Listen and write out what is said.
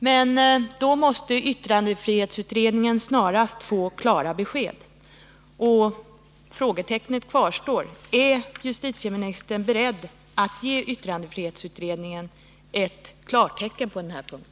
Men då måste yttrandefrihetsutredningen snarast få klart besked. Frågan kvarstår: Är justitieministern beredd att ge yttrandefrihetsutredningen ett klartecken på denna punkt?